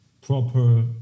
proper